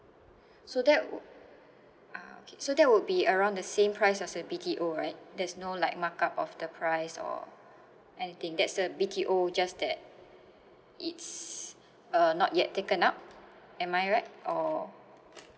so that w~ ah okay so that would be around the same price as a B_T_O right there's no like mark up of the price or anything that's a B_T_O just that it's uh not yet taken up am I right or